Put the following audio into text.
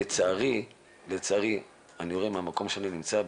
לצערי אני רואה מהמקום שאני נמצא בו,